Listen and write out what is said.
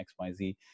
xyz